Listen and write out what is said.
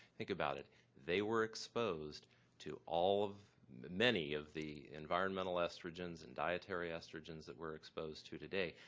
think about it they were exposed to all of many of the environmental estrogens and dietary estrogens that we're exposed to today.